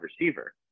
receiver